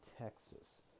Texas